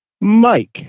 Mike